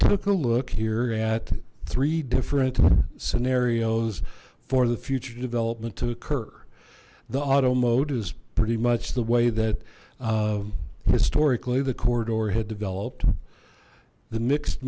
took a look here at three different scenarios for the future development to occur the auto mode is pretty much the way that historically the corridor had developed the mixed